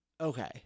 Okay